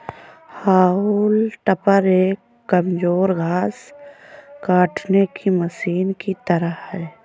हाउल टॉपर एक कमजोर घास काटने की मशीन की तरह है